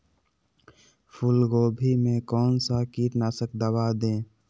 फूलगोभी में कौन सा कीटनाशक दवा दे?